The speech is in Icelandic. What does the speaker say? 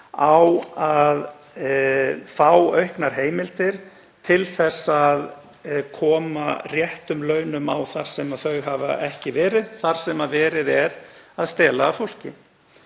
á að fá auknar heimildir til að koma réttum launum á þar sem þau hafa ekki verið, þar sem verið er að stela af fólki.